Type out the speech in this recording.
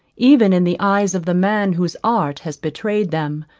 even in the eyes of the man whose art has betrayed them,